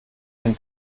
den